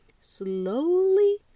slowly